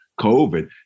COVID